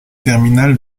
terminal